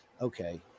okay